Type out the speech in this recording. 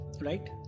right